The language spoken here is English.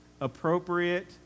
appropriate